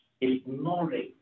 ignoring